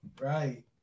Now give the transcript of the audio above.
Right